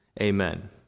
Amen